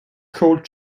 cold